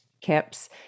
Kips